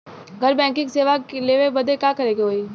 घर बैकिंग सेवा लेवे बदे का करे के होई?